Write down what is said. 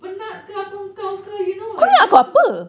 penat ke apa engkau ke you know like you got to